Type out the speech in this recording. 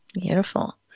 Beautiful